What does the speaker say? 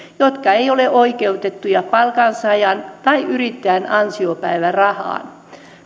jotka eivät ole oikeutettuja palkansaajan tai yrittäjän ansiopäivärahaan